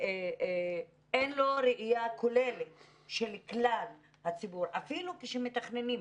אין לו ראיה כוללת של כלל הציבור אפילו כשמתכננים.